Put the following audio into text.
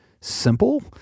simple